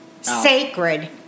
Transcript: sacred